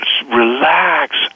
relax